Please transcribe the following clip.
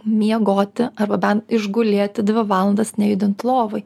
miegoti arba bent išgulėti dvi valandas nejudit lovoj